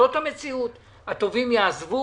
הטובים יעזבו